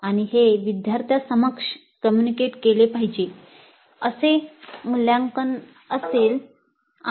आणि हे विद्यार्थ्यांसमक्ष कोम्मुनिकेट केले पाहिजे असे मूल्यांकन असे असेल